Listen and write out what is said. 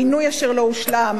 בינוי אשר לא הושלם,